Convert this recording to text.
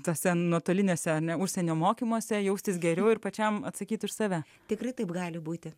tose nuotolinėse ne užsienio mokymuose jaustis geriau ir pačiam atsakyti už save tikrai taip gali būti